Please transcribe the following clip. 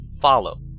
follow